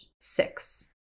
six